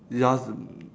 just